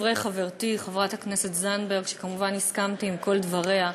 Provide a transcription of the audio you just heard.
הכנסת זנדברג - שכמובן הסכמתי עם כל דבריה,